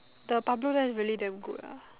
the Pablo there is really damn good ah